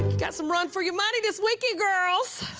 got some run for your money this weekend, girls.